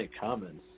comments